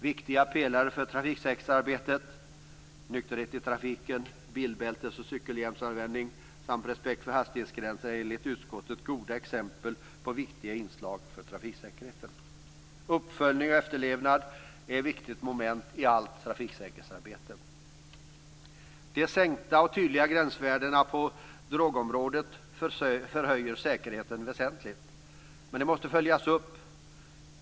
Viktiga pelare för trafiksäkerhetsarbetet är nykterhet i trafiken, bilbältes och cykelhjälmsanvändning samt respekt för hastighetsgränser. Det är enligt utskottet goda exempel på viktiga inslag för trafiksäkerheten. Uppföljning och efterlevnad är ett viktigt moment i allt trafiksäkerhetsarbete. De sänkta och tydliga gränsvärdena på drogområdet förhöjer säkerheten väsentligt. Men de måste följas upp.